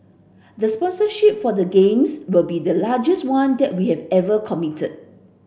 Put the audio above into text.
the sponsorship for the Games will be the largest one that we have ever committed